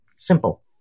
simple